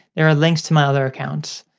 there are links to my other accounts.